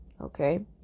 okay